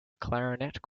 clarinet